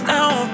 Now